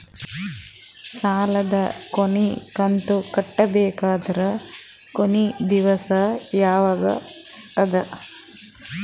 ಸಾಲದ ಕೊನಿ ಕಂತು ಕಟ್ಟಬೇಕಾದರ ಕೊನಿ ದಿವಸ ಯಾವಗದ?